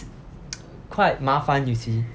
quite 麻烦 you see